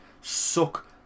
suck